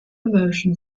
emotion